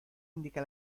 indica